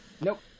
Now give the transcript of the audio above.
Nope